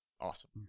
Awesome